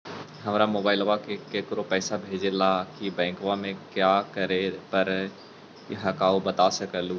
हमरा मोबाइलवा से केकरो पैसा भेजे ला की बैंकवा में क्या करे परो हकाई बता सकलुहा?